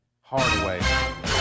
Hardaway